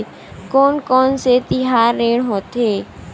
कोन कौन से तिहार ऋण होथे?